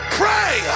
pray